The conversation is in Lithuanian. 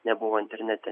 nebuvo internete